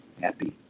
happy